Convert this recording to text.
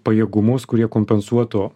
pajėgumus kurie kompensuotų